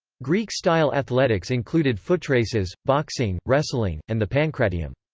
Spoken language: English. greek-style athletics included footraces, boxing, wrestling, and the pancratium.